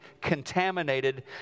contaminated